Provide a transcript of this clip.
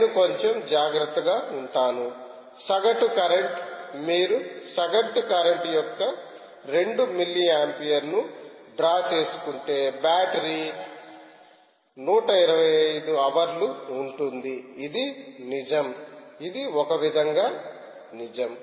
నేను కొంచెం జాగ్రత్తగా ఉంటాను సగటు కరెంట్ మీరు సగటు కరెంట్ యొక్క 2 మిల్లీ ఆంపియర్ ను డ్రా చేసుకుంటేబ్యాటరీ 125 హవర్ లు ఉంటుంది ఇది నిజం ఇది ఒక విధంగా నిజం